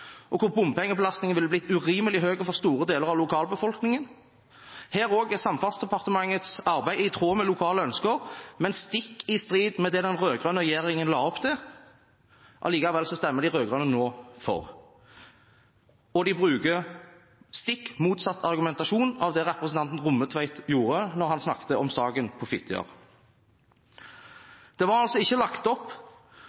og hvor bompengebelastningen ville blitt urimelig høy for store deler av lokalbefolkningen. Også her er Samferdselsdepartementets arbeid i tråd med lokale ønsker, men stikk i strid med det den rød-grønne regjeringen la opp til. Allikevel stemmer de rød-grønne nå for, og de bruker stikk motsatt argumentasjon enn det representanten Rommetveit gjorde da han snakket om saken på Fitjar.